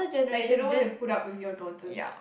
like they don't want to put up with your nonsense